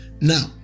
Now